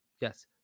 yes